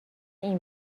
این